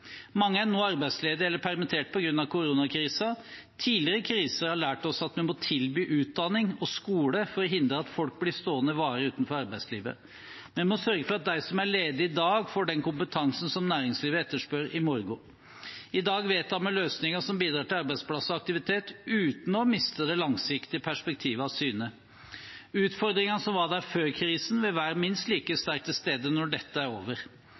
Mange er nå arbeidsledige eller permitterte på grunn av koronakrisen. Tidligere kriser har lært oss at vi må tilby utdanning og skole for å hindre at folk blir stående varig utenfor arbeidslivet. Vi må sørge for at de som er ledige i dag, får den kompetansen som næringslivet etterspør i morgen. I dag vedtar vi løsninger som bidrar til arbeidsplasser og aktivitet uten å miste det langsiktige perspektivet av syne. Utfordringene som var der før krisen, vil være minst like sterkt til stede når dette er over.